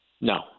No